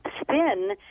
spin